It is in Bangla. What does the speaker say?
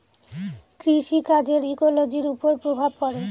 কৃষি কাজের ইকোলোজির ওপর প্রভাব পড়ে